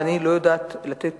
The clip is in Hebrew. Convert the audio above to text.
ואני לא יודעת לתת